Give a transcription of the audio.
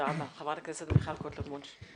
חברת הכנסת מיכל קוטלר וונש.